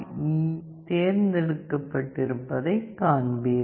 ஈ தேர்ந்தெடுக்கப்பட்டிருப்பதைக் காண்பீர்கள்